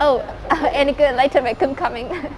oh எனக்கு:enaku light தா வெக்கம்:taa vekkam coming